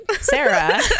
Sarah